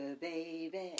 baby